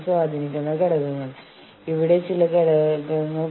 വളരെ സങ്കീർണ്ണമായ ഭാഷയിലാണ് ഇത് എഴുതിയിരിക്കുന്നത്